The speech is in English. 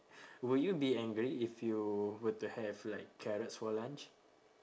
will you be angry if you were to have like carrots for lunch